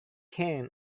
can